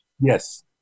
Yes